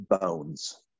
bones